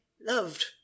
loved